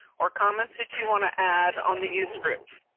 or comments that you want to add on the use script?